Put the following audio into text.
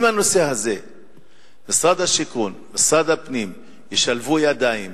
אם בנושא הזה משרד השיכון ומשרד הפנים ישלבו ידיים